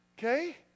okay